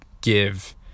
give